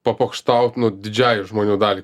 papokštaut nu didžiajai žmonių daliai